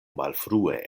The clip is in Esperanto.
malfrue